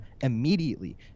immediately